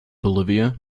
bolivia